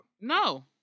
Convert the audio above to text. No